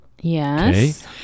Yes